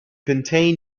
contain